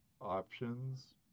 options